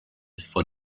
for